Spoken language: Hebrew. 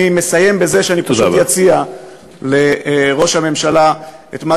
אני מסיים בזה שאני פשוט אציע לראש הממשלה את מה